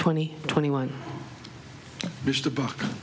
twenty twenty one which the book